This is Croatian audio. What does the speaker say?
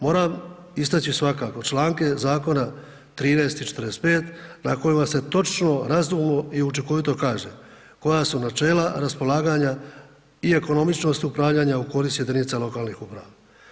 Moram istaći svakako članke zakona 13. i 45. na kojima se točno, …/nerazumljivo/… i učinkovito kaže koja su načela raspolaganja i ekonomičnost upravljanja u korist jedinica lokalnih uprava.